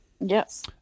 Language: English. Yes